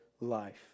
life